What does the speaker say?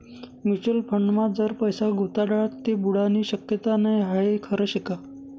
Mutual फंडमा जर पैसा गुताडात ते बुडानी शक्यता नै हाई खरं शेका?